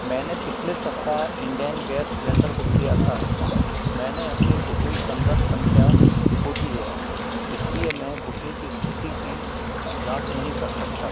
मैंने पिछले सप्ताह इण्डियन गैस सिलेण्डर बुक किया था मैंने अपनी बुकिन्ग सन्दर्भ सँख्या खो दी है इसलिए मैं बुकिन्ग की इस्थिति की जाँच नहीं कर सकता